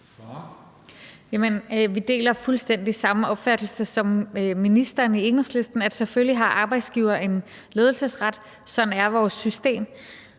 deler vi fuldstændig den samme opfattelse som ministeren, nemlig at selvfølgelig har arbejdsgiveren en ledelsesret – sådan er vores system.